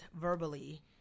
verbally